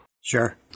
Sure